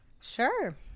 Sure